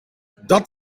dat